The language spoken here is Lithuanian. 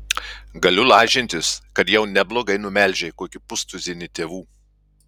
galiu lažintis kad jau neblogai numelžei kokį pustuzinį tėvų